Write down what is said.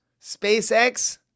SpaceX